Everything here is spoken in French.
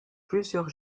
plusieurs